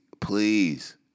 please